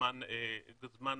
כזמן מקסימאלי.